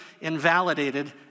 invalidated